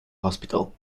hospital